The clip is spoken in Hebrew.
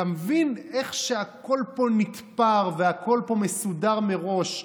אתה מבין איך שהכול פה נתפר והכול פה מסודר מראש?